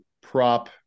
prop